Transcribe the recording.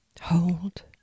Hold